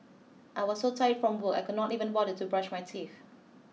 I was so tired from work I could not even bother to brush my teeth